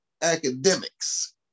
academics